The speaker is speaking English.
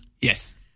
Yes